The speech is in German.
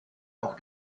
auch